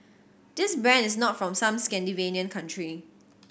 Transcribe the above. this brand is not from some Scandinavian country